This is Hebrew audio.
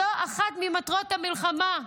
זו אחת ממטרות המלחמה,